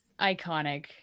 iconic